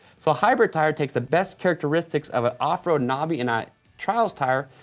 so a hybrid tire takes the best characteristics of an off-road knoby-or-not trials tire,